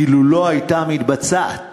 אילו לא הייתה מתבצעת המכירה,